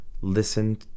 listen